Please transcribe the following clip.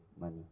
money